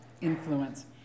influence